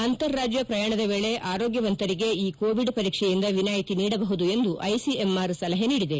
ಅಂತರ ರಾಜ್ಯ ಪ್ರಯಾಣದ ವೇಳೆ ಆರೋಗ್ಭವಂತರಿಗೆ ಈ ಕೋವಿಡ್ ಪರೀಕ್ಷೆಯಿಂದ ವಿನಾಯಿತಿ ನೀಡಬಹುದು ಎಂದು ಐಸಿಎಂಆರ್ ಸಲಹೆ ನೀಡಿದೆ